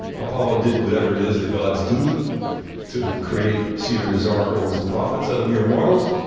apollo did whatever it is that gods do to create seers, oracles and prophets out of mere mortals.